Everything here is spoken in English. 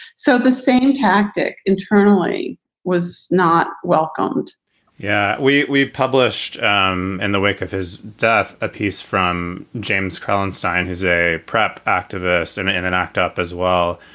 so the same tactic internally was not welcomed yeah we we published um in the wake of his death a piece from james crellin stein, who's a prep activist and in an act up as well.